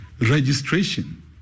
Registration